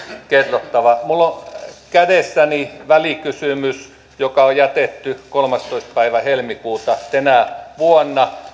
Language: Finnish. kerrottava minulla on kädessäni keskustan välikysymys joka on jätetty kolmastoista päivä helmikuuta tänä vuonna